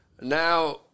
now